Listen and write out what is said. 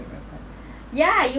remember ya you